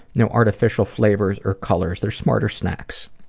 no artificial flavors or colors. they're smarter snacks.